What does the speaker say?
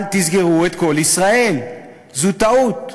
אל תסגרו את "קול ישראל", זו טעות,